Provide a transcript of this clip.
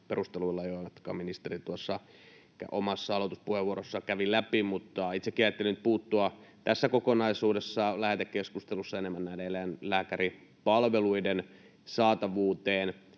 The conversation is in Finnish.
perusteluilla, jotka ministeri tuossa omassa aloituspuheenvuorossaan kävi läpi. Mutta itsekin ajattelin puuttua tässä kokonaisuudessa, lähetekeskustelussa, enemmän näiden eläinlääkäripalveluiden saatavuuteen.